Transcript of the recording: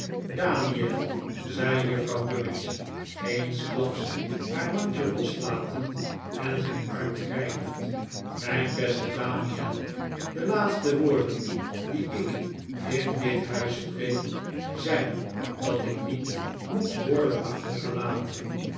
daniel zei juffrouw gummidge eensklaps haar mandje loslatend en zijn arm grijpend mijn beste daniel de laatste woorden die ik in dit huis spreek zijn dat ik niet moet worden achtergelaten